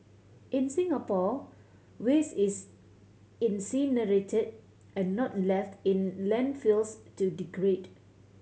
in Singapore waste is incinerated and not left in landfills to degrade